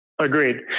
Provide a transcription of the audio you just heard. Agreed